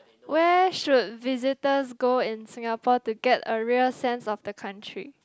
where should visitors go in Singapore to get a real sense of the country